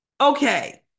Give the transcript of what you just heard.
Okay